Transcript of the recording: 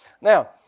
Now